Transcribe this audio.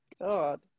God